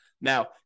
Now